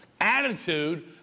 Attitude